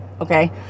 Okay